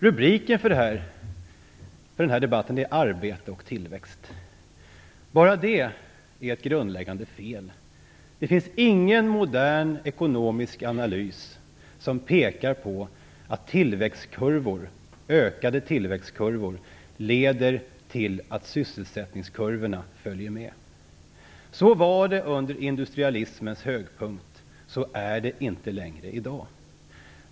Rubriken för den här debatten är Arbete - tillväxt. Bara det är ett grundläggande fel. Det finns ingen modern ekonomisk analys som pekar på att ökade tillväxtkurvor leder till att sysselsättningskurvorna följer med. Så var det under industrialismens höjdpunkt, men så är det inte längre i dag.